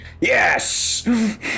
Yes